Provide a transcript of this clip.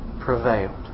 prevailed